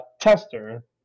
tester